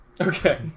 Okay